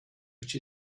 which